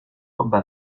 robes